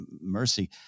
mercy